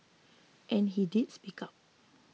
and he did speak up